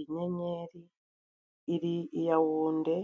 Inyenyeri iri i Yawunde,